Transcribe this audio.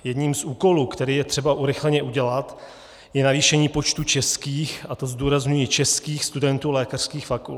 Jedním z úkolů, který je třeba urychleně udělat, je navýšení počtu českých a to zdůrazňuji českých studentů lékařských fakult.